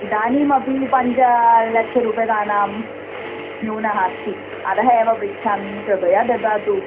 इदानीमपि पञ्चलक्षरूप्यकाणां न्यूनः अस्ति अतः एव पृच्छामि कृपया ददातु